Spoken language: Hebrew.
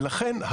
ולכן,